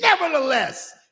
nevertheless